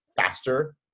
faster